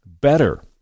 better